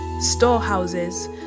storehouses